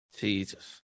Jesus